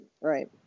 right